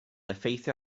effeithio